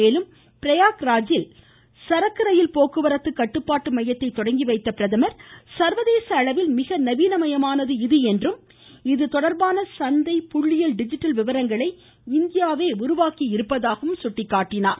மேலும் பிரயாக்ராஜில் சரக்கு ரயில் போக்குவரத்து கட்டுப்பாட்டு மையத்தை தொடங்கி வைத்த பிரதமர் சர்வதேச அளவில் மிக நவீனமயமானது இது என்றும் இதுதொடர்பான சந்தை மற்றும் புள்ளியல் டிஜிட்டல் விபரங்களை இந்தியாவே உருவாக்கியிருப்பதாக கூறினார்